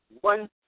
one